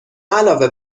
علاوه